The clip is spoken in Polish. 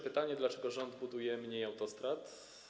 pytanie: Dlaczego rząd buduje mniej autostrad?